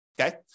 okay